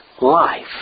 life